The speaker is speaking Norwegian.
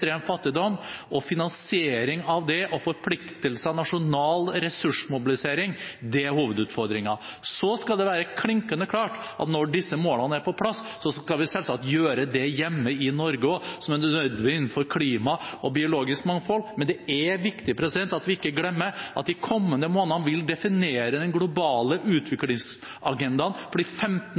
fattigdom. Finansiering av det og forpliktelse til nasjonal ressursmobilisering er hovedutfordringen. Så skal det være klinkende klart at når disse målene er på plass, skal vi selvsagt gjøre det hjemme i Norge også som er nødvendig innenfor klima og biologisk mangfold. Men det er viktig at vi ikke glemmer at de kommende månedene vil definere den globale utviklingsagendaen for de 15